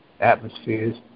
atmospheres